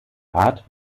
art